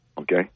Okay